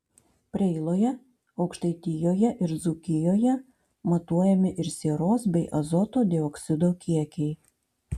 preiloje aukštaitijoje ir dzūkijoje matuojami ir sieros bei azoto dioksido kiekiai